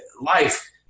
life